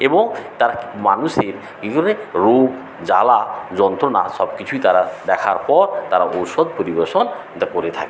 এবং তারা মানুষের এই ধরনের রোগ জ্বালা যন্ত্রণা সবকিছুই তারা দেখার পর তারা ঔষধ পরিবেশন করে থাকে